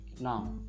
now